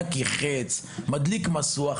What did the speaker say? שם יקי חץ ידליק משואה.